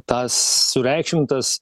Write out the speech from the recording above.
tas sureikšmintas